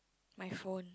my phone